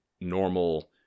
normal